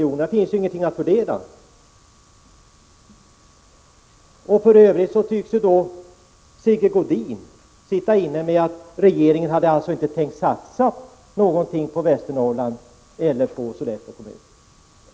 Det finns ingenting att fördela. För övrigt tycks Sigge Godin sitta inne med en upplysning om att regeringen inte hade tänkt satsa något på Sollefteå kommun eller Västernorrland i övrigt.